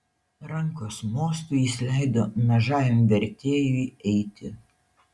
rankos mostu jis leido mažajam vertėjui eiti